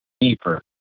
Deeper